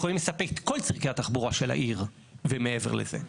יכולים לספק את כל צרכי התחבורה של העיר ומעבר לכך.